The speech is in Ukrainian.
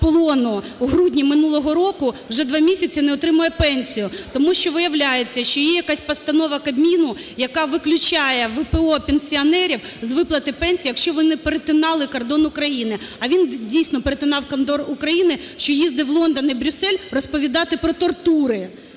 в грудні минулого року вже два місяці не отримує пенсію, тому що виявляється, що є якась постанова Кабміну, яка виключає ВПО-пенсіонерів з виплати пенсії, якщо ви не перетинали кордон України. А він, дійсно, перетинав кордон України, що їздив у Лондон і Брюссель розповідати про тортури,